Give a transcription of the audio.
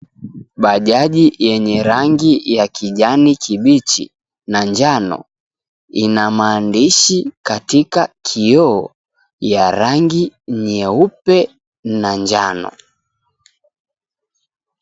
Bajaji yenye rangi la kijani kibichi na njano, inamaandishi katika kioo ya rangi nyeupe na njano.